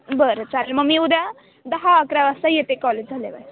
बरं चालेल मग मी उद्या दहा अकरा वाजता येते कॉलेज झाल्यावर